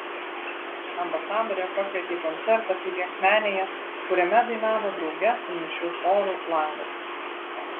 ambasadorė pakvietė į koncertą pilies menėje kuriame dainavo drauge su mišriu choru langas